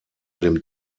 dem